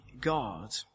God